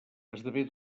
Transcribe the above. esdevé